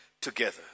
together